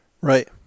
Right